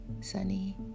Sunny